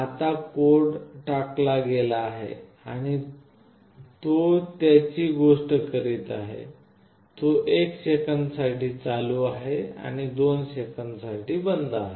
आता कोड टाकला गेला आहे आणि तो त्याच गोष्टी करीत आहे तो 1 सेकंदासाठी चालू आहे आणि तो 2 सेकंदासाठी बंद आहे